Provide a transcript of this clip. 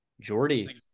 Jordy